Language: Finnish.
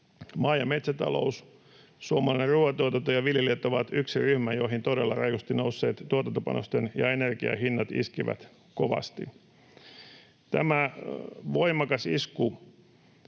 Maa- ja metsätalous, suomalainen ruoantuotanto ja viljelijät ovat yksi ryhmä, joihin todella rajusti nousseet tuotantopanosten ja energian hinnat iskivät kovasti. Tämä voimakas isku